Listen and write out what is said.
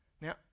now